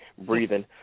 breathing